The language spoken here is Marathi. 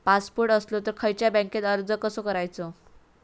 पासपोर्ट असलो तर खयच्या बँकेत अर्ज कसो करायचो?